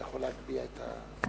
אתה יכול להגביה את הדוכן,